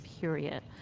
period